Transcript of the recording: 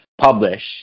Publish